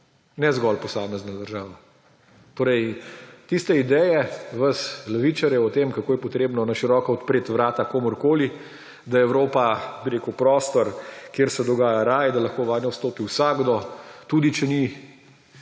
ne zgolj posamezna država. Torej tiste ideje vas levičarjev o tem, kako je potrebno na široko odpreti vrata komurkoli, da je Evropa, bi rekel, prostor, kjer se dogaja raj, da lahko vanjo vstopi vsakdo, tudi če ni